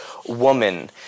Woman